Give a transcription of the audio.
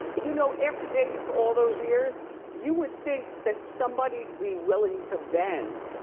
you know, after dating for all those years you would think that somebody be willing to bend.